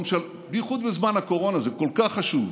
בייחוד בזמן הקורונה זה כל כך חשוב,